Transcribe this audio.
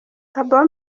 thabo